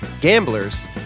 Gamblers